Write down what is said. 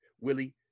Willie